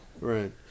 Right